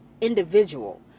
individual